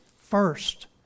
first